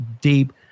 deep